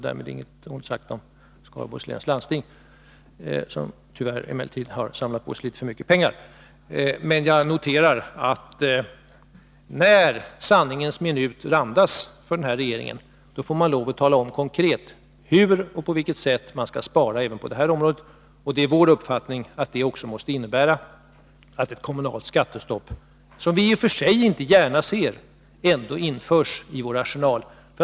Därmed inget ont sagt om Skaraborgs läns landsting, som emellertid tyvärr har samlat på sig litet för mycket pengar. Men jag noterar att när sanningens minut randas för den sittande regeringen, får den lov att tala om konkret på vilket sätt man skall spara även på det här området. Det är vår uppfattning att det också innebär att ett kommunalt skattestopp, som vi i och för sig inte gärna ser, ändå införs i åtgärdsarsenalen.